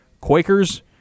Quakers